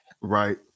Right